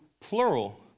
plural